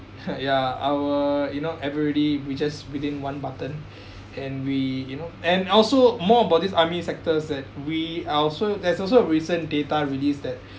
ya our you know ever-ready we just within one button and we you know and also more bodies army sectors that we are also there's also of recent data released that